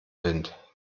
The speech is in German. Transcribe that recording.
wind